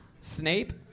Snape